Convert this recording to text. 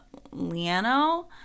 Liano